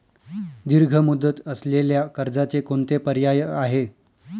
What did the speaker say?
दीर्घ मुदत असलेल्या कर्जाचे कोणते पर्याय आहे?